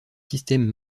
systèmes